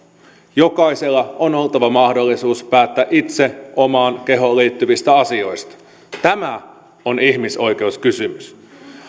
jokaisella on oltava mahdollisuus päättää itse omaan kehoon liittyvistä asioista tämä on ihmisoikeuskysymys